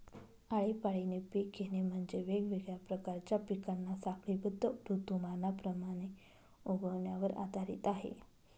आळीपाळीने पिक घेणे म्हणजे, वेगवेगळ्या प्रकारच्या पिकांना साखळीबद्ध ऋतुमानाप्रमाणे उगवण्यावर आधारित आहे